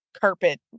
carpet